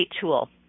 tool